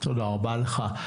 תודה רבה לך.